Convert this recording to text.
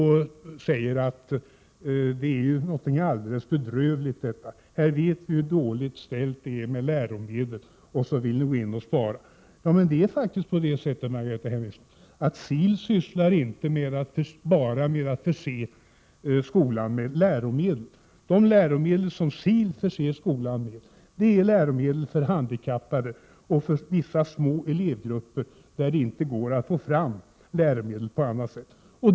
Hon sade att dessa besparingar är något alldeles bedrövligt, att vi vet hur dåligt ställt det är med läromedel. SIL sysslar inte bara med att förse skolan med läromedel. De läromedel som SIL förser skolan med är läromedel för handikappade och vissa små elevgrupper, för vilka det inte går att få fram läromedel på annat sätt.